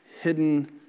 hidden